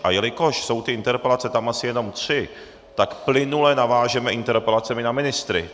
A jelikož jsou tam ty interpelace jenom asi tři, tak plynule navážeme interpelacemi na ministry.